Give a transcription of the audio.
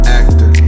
actor